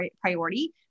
priority